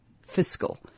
fiscal